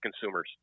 consumers